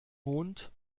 mond